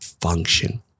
function